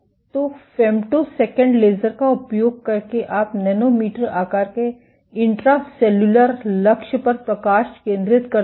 तो femtosecond laser का उपयोग करके आप नैनोमीटर आकार के इंट्रासेल्युलर लक्ष्य पर प्रकाश केंद्रित करते हैं